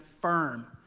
firm